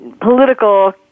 political